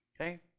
okay